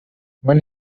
when